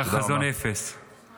חזון אפס -- תודה רבה.